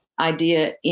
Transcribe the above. idea